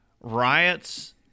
riots